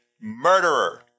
murderer